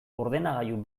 ordenagailu